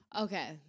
Okay